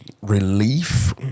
relief